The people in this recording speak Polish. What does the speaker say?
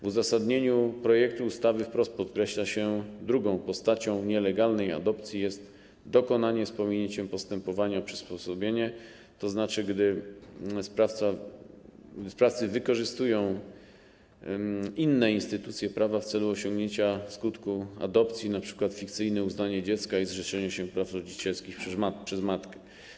W uzasadnieniu projektu ustawy wprost podkreśla się, że drugą postacią nielegalnej adopcji jest jej dokonanie z pominięciem postępowania o przysposobienie, tzn. w przypadku gdy sprawcy wykorzystują inne instytucje prawne w celu osiągnięcia skutku adopcji, np. fikcyjne uznanie dziecka i zrzeczenie się praw rodzicielskich przez matkę.